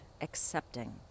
accepting